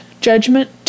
judgment